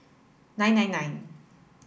nine nine nine